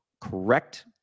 correct